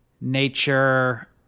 nature